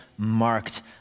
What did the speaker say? marked